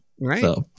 Right